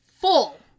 full